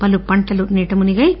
పలు పంటలు నీటమునిగాయి